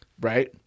right